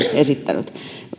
esittänyt